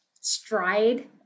stride